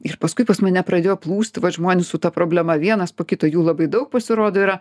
ir paskui pas mane pradėjo plūsti vat žmonės su ta problema vienas po kito jų labai daug pasirodo yra